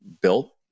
built